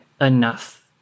enough